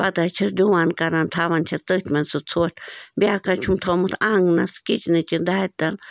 پتہٕ حظ چھَس ڈُوان کَران تھاوان چھَس تٔتھۍ منٛز سُہ ژوٚٹھ بیٚاکھ حظ چھُم تھومُت آنٛگنس کچنٕچہِ دارِتل